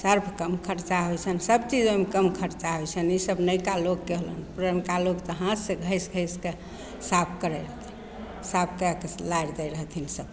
Surf कम खर्चा होइ छनि सबचीज ओइमे कम खर्चा होइ छनि ई सब नइका लोगके होलन पुरनका लोग तऽ हाथसँ घसि घसिके साफ करय रहथिन साफ कए कऽ लारि दै रहथिन सबटा